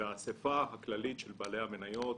והאסיפה הכללית של בעלי המניות,